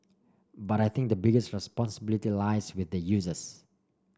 but I think the biggest responsibility lies with the users